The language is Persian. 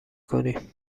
کنی